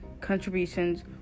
contributions